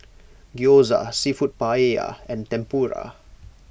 Gyoza Seafood Paella and Tempura